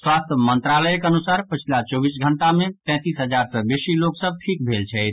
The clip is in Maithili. स्वास्थ्य मंत्रालयक अनुसार पछिला चौबीस घंटा मे तैंतीस हजार सँ बेसी लोक सभ ठीक भेल छथि